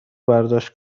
برداشت